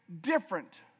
different